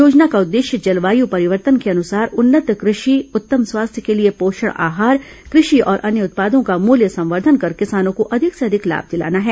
योजना का उद्देश्य जलवायू परिवर्तन के अनुसार उन्नत कृषि उत्तम स्वास्थ्य के लिए पोषण आहार कृषि और अन्य उत्पादों का मूल्य संवर्धन कर किसानों को अधिक से अधिक लाभ दिलाना है